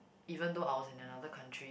even though I was in another country